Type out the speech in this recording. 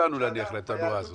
להניח בפניהם את הנורה הזאת.